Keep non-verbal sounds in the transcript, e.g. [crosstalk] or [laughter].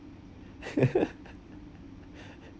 [laughs]